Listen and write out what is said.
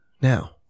Now